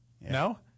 no